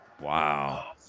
Wow